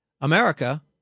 America